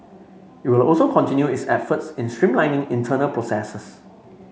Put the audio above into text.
it will also continue its efforts in streamlining internal processes